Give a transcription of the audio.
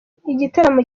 gitaramo